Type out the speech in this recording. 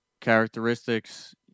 characteristics